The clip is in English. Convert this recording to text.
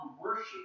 worship